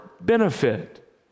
benefit